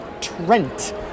Trent